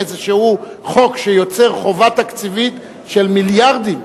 איזשהו חוק שיוצר חובה תקציבית של מיליארדים.